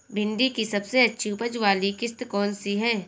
भिंडी की सबसे अच्छी उपज वाली किश्त कौन सी है?